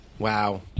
Wow